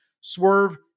Swerve